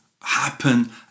happen